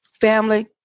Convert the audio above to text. Family